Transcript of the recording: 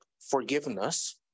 forgiveness